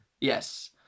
Yes